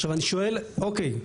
עכשיו, אני שואל, אוקיי,